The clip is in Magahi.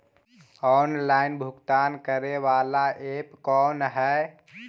ऑनलाइन भुगतान करे बाला ऐप कौन है?